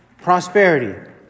prosperity